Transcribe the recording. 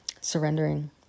surrendering